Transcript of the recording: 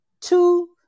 two